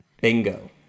Bingo